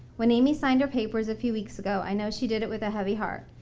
when amy signed her papers a few weeks ago i know she did it with a heavy heart.